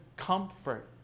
comfort